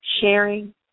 Sharing